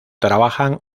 trabajan